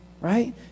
right